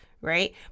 right